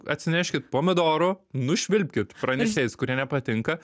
atsineškit pomidorų nušvilpkit pranešėjus kurie nepatinka